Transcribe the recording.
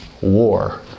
war